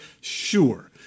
Sure